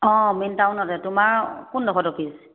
অঁ মেইন টাউনতে তোমাৰ কোনডখৰত অফিছ